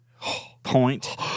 point